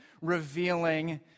revealing